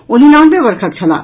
ओ निनानवे वर्षक छलाह